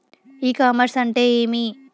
ఇ commerce అంటే ఏమి?